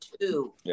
two